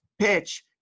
PITCH